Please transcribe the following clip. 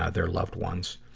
ah their loved ones?